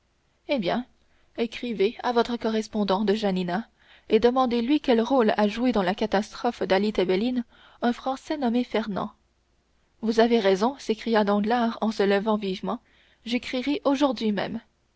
eh bien écrivez à votre correspondant de janina et demandez-lui quel rôle a joué dans la catastrophe dali tebelin un français nommé fernand vous avez raison s'écria danglars en se levant vivement j'écrirai aujourd'hui même